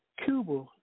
Cuba